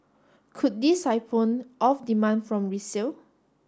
could this siphon off demand from resale